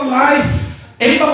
life